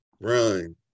Run